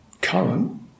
current